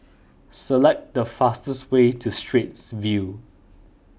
select the fastest way to Straits View